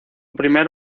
primer